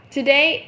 Today